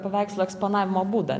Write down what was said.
paveikslų eksponavimo būdą